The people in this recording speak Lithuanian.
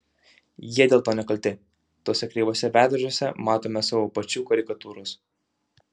jie dėl to nekalti tuose kreivuose veidrodžiuose matome savo pačių karikatūras